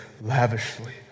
lavishly